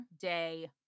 day